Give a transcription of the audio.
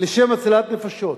לשם הצלת נפשות.